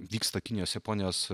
vyksta kinijos japonijos